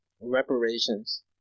reparations